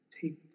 take